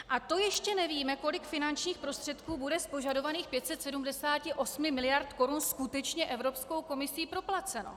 A to ještě nevíme, kolik finančních prostředků bude z požadovaných 578 mld. korun skutečně Evropskou komisí proplaceno.